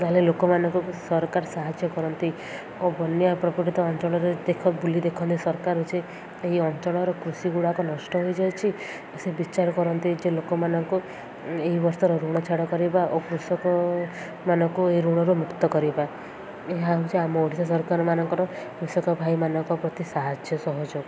ତା'ହେଲେ ଲୋକମାନଙ୍କୁ ସରକାର ସାହାଯ୍ୟ କରନ୍ତି ଓ ବନ୍ୟା ପ୍ରକଟିତ ଅଞ୍ଚଳରେ ଦେଖ ବୁଲି ଦେଖନ୍ତି ସରକାର ଯେ ଏହି ଅଞ୍ଚଳର କୃଷିଗୁଡ଼ାକ ନଷ୍ଟ ହୋଇଯାଇଛି ସେ ବିଚାର କରନ୍ତି ଯେ ଲୋକମାନଙ୍କୁ ଏହି ବର୍ଷର ଋଣ ଛାଡ଼ କରିବା ଓ କୃଷକମାନଙ୍କୁ ଏହି ଋଣରୁ ମୁକ୍ତ କରିବା ଏହା ହେଉଛି ଆମ ଓଡ଼ିଶା ସରକାରମାନଙ୍କର କୃଷକ ଭାଇମାନଙ୍କ ପ୍ରତି ସାହାଯ୍ୟ ସହଯୋଗ